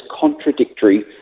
contradictory